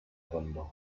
abandó